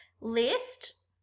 list